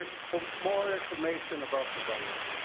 ah for more information about the virus.